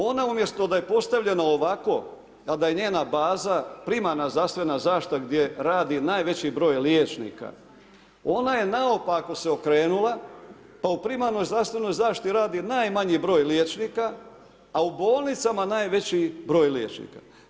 Ona umjesto da je postavljena ovako, a da je njena baza primarna zdravstvena zaštita gdje radi najveći br. liječnika, ona naopako se okrenula, pa u primarnoj zdravstvenoj zaštiti radi najmanji br. liječnika, a u bolnicama najveći br. liječnika.